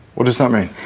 what does that mean?